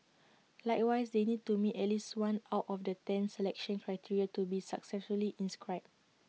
likewise they need to meet at least one out of the ten selection criteria to be successfully inscribed